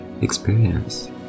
experience